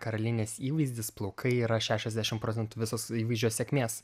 karalienės įvaizdis plaukai yra šešiasdešim procentų visos įvaizdžio sėkmės